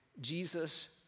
Jesus